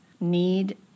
need